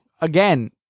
Again